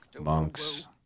Monks